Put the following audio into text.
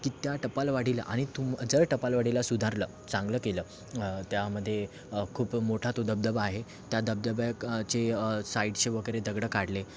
की त्या टपालवाडीला आणि तू जर टपालवाडीला सुधारलं चांगलं केलं त्यामध्ये खूप मोठा तो धबधबा आहे त्या धबधब्याचे साईडचे वगैरे दगडं काढले